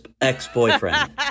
ex-boyfriend